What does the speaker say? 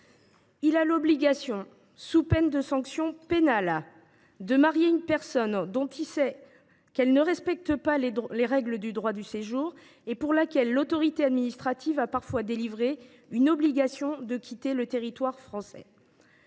effet l’obligation, sous peine de sanction pénale, de marier une personne dont ils savent qu’elle ne respecte pas les règles du droit au séjour et pour laquelle l’autorité administrative a parfois délivré une obligation de quitter le territoire français.